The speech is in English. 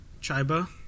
Chiba